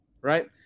Right